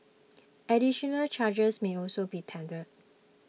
additional charges may also be tendered